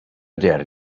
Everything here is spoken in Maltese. deher